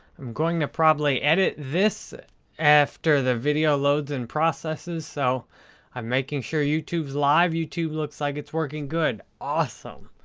i'm going to probably edit this after the video loads and processes, so i'm making sure youtube's live. youtube looks like it's working good. awesome!